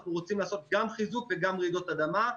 אנחנו רוצים לעשות גם חיזוק וגם רעידות אדמה.